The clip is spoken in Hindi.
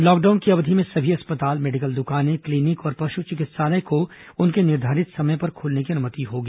लॉकडाउन की अवधि में सभी अस्पताल मेडिकल द्वकानें क्लीनिक और पशु चिकित्सालय को उनके निर्धारित समय में खुलने की अनुमति होगी